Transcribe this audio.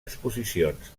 exposicions